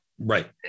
Right